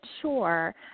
sure